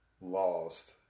lost